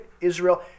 Israel